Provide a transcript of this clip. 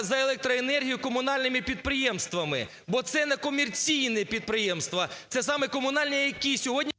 за електроенергію комунальними підприємствами, бо це не комерційні підприємства, це саме комунальні, які сьогодні…